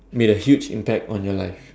made a huge impact on your life